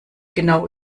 genau